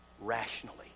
rationally